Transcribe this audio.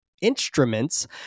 instruments